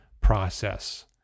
process